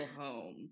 home